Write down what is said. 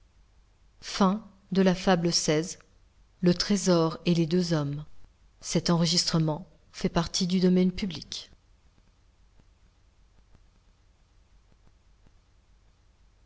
le trésor et les deux hommes